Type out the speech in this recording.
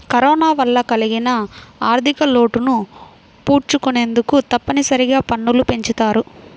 corona వల్ల కలిగిన ఆర్ధికలోటును పూడ్చుకొనేందుకు తప్పనిసరిగా పన్నులు పెంచుతారు